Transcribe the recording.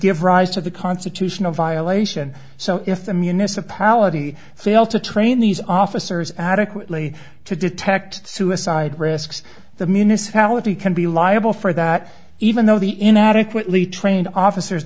give rise to the constitutional violation so if the municipality fail to train these officers adequately to detect suicide risks the municipality can be liable for that even though the inadequately trained officers